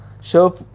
show